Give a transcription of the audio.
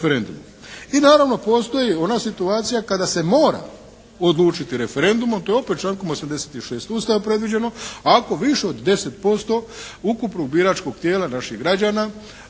I naravno, postoji ona situacija kada se mora odlučiti referendumom. To je opet člankom 86. Ustava predviđeno ako više od 10% ukupnog biračkog tijela naših građana